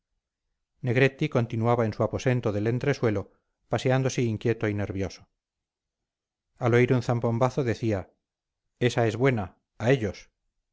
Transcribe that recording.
negretti continuaba en su aposento del entresuelo paseándose inquieto y nervioso al oír un zambombazo decía esa es buena a ellos